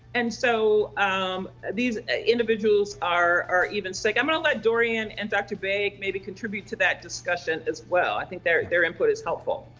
and so um these individuals are even sick. i'm going to let doriane and dr. baig maybe contribute to that discussion as well. i think their their input is helpful.